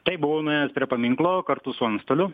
taip buvau nuėjęs prie paminklo kartu su antstoliu